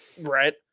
right